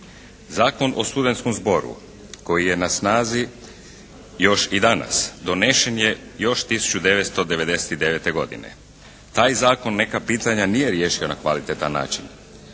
Zakon o studenskom zboru koji je na snazi još i danas donesen je još 1999. godine. Taj zakon neka pitanja nije riješio na kvalitetan način.